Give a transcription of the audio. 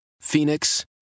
Phoenix